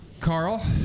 Carl